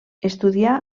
estudià